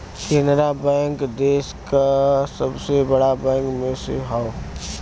Canara bank देस का सबसे बड़ा बैंक में से हौ